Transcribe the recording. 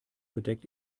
bedeckt